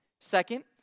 Second